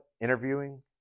Interviewing